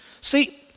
See